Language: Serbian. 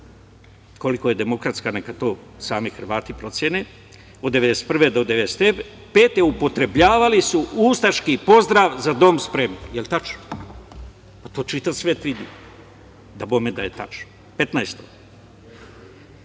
koliko je demokratska neka to sami Hrvati procene, od 1991. do 1995. godine, upotrebljavali su ustaški pozdrav za dom spremni. El tačno? Pa, to čitav svet vidi. Dabome da je tačno. Petnaesto